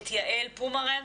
את יעל פומרנץ,